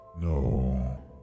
No